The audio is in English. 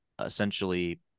essentially